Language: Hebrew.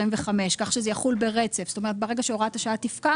כך שזה יחול ברצף; ברגע שהוראת השעה תפקע